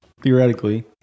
theoretically